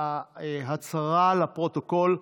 ההצהרה לפרוטוקול: